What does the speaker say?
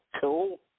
cool